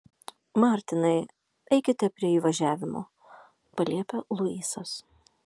martinai eikite prie įvažiavimo paliepia luisas